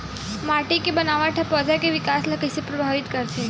माटी के बनावट हा पौधा के विकास ला कइसे प्रभावित करथे?